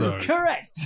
Correct